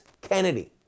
Kennedy